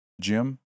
Jim